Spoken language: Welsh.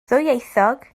ddwyieithog